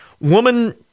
woman